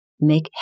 Make